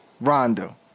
Rondo